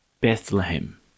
Bethlehem